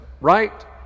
right